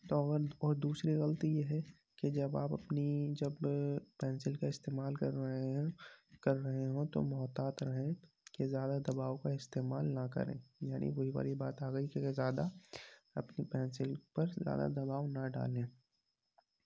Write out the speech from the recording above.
تو اول اور دوسرے غلطی یہ ہے کہ جب آپ اپنی جب پینسل کا استعمال کر رہے ہیں کر رہے ہوں تو محتاط رہیں کہ زیادہ دباؤ کا استعمال نہ کریں یعنی وہی والی بات آ گئی کہ زیادہ اپنی پینسل پر زیادہ دباؤ نہ ڈالیں